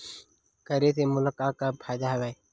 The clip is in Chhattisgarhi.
करे से मोला का का फ़ायदा हवय?